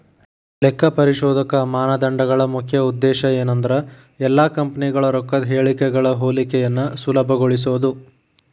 ಲೆಕ್ಕಪರಿಶೋಧಕ ಮಾನದಂಡಗಳ ಮುಖ್ಯ ಉದ್ದೇಶ ಏನಂದ್ರ ಎಲ್ಲಾ ಕಂಪನಿಗಳ ರೊಕ್ಕದ್ ಹೇಳಿಕೆಗಳ ಹೋಲಿಕೆಯನ್ನ ಸುಲಭಗೊಳಿಸೊದು